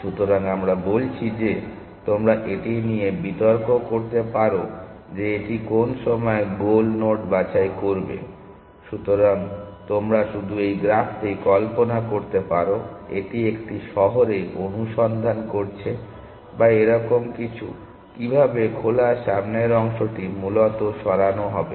সুতরাং আমরা বলছি যে তোমরা এটা নিয়ে বিতর্ক করতে পারো যে এটি কোনো সময়ে গোল নোড বাছাই করবে শুধু তোমরা এই গ্রাফটি কল্পনা করতে পারো এটি একটি শহরে অনুসন্ধান করছে বা এরকম কিছু কীভাবে খোলা সামনের অংশটি মূলত সরানো হবে